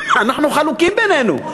אנחנו חלוקים בינינו.